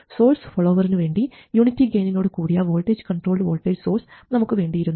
source ഫോളോവറിനുവേണ്ടി unity ഗെയിനോട് കൂടിയ വോൾട്ടേജ് കൺട്രോൾഡ് വോൾട്ടേജ് സോഴ്സ് നമുക്ക് വേണ്ടിയിരുന്നു